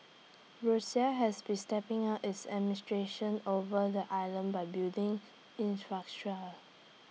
Russia has been stepping up its administration over the islands by building